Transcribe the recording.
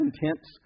intense